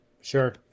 Sure